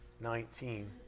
nineteen